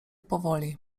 powoli